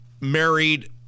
married